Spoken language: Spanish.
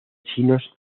chinos